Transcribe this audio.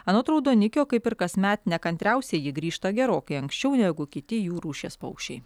anot raudonikio kaip ir kasme nekantriausieji grįžta gerokai anksčiau negu kiti jų rūšies paukščiai